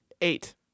eight